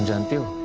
until